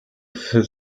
für